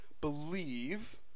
believe